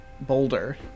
boulder